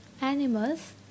animals